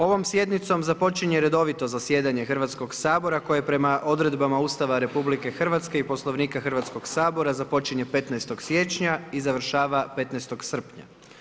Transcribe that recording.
Ovom sjednicom započinje redovito zasjedanje Hrvatskoga sabora koje prema odredbama Ustava RH i Poslovnika Hrvatskoga sabora započinje 15. siječnja i završava 15. srpnja.